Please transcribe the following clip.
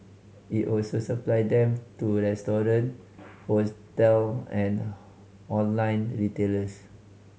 it also supply them to hotel and online retailers